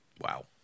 Wow